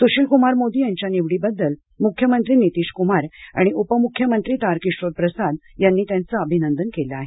सुशीलकुमार मोदी यांच्या निवडीबद्दल मुख्यमंत्री नितीशकुमार आणि उपमुख्यमंत्री तारकिशोर प्रसाद यांनी त्यांचं अभिनंदन केलं आहे